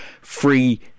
free